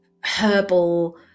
herbal